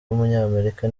w’umunyamerika